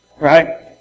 right